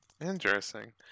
Interesting